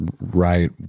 right